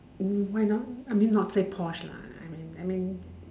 mm why not I mean not say porsche lah I mean I mean